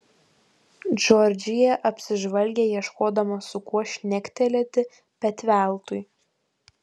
džordžija apsižvalgė ieškodama su kuo šnektelėti bet veltui